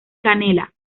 canela